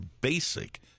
basic